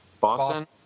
Boston